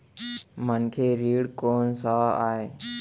मनखे ऋण कोन स आय?